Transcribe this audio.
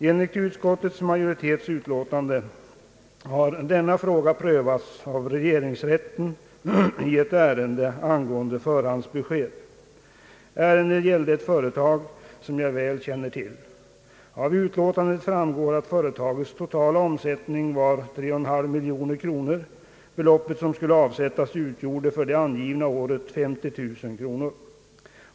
Enligt utskottsmajoritetens skrivning i betänkandet har denna fråga prövats av regeringsrätten i ett ärende angående förhandsbesked. Ärendet gällde ett företag som jag väl känner till. Av utlåtandet framgår att företagets totala omsättning var 3,5 miljoner kronor. Det belopp som skulle avsättas utgjorde för det angivna året 50 000 kronor.